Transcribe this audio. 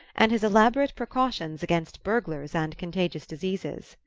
and his elaborate precautions against burglars and contagious diseases.